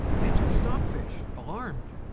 enter stockfish, alarmed.